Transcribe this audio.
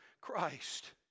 Christ